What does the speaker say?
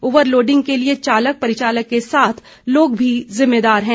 overloading के लिये चालक परिचालक के साथ लोग भी जिम्मेदार हैं